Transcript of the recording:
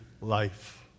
life